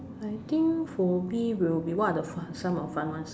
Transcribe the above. I think for me will be what are fun some of the fun ones